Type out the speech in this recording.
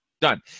Done